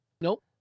nope